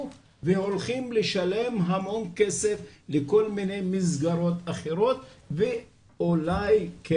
והולכים לשלם המון כסף לכל מיני מסגרות אחרות ואולי כן